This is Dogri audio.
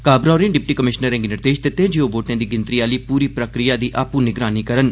काबरा होरें डिप्टी कमिशनरें गी निर्देश दित्ते जे ओह् वोटें दी गिनतरी आह्ली पूरी प्रक्रिया दी आपूं निगरानी करन